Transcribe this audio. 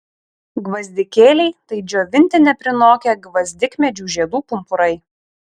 gvazdikėliai tai džiovinti neprinokę gvazdikmedžių žiedų pumpurai